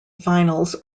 finals